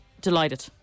delighted